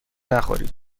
نخورید